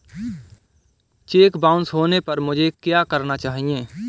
Check bounce होने पर मुझे क्या करना चाहिए?